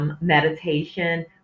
Meditation